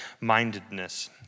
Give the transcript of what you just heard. mindedness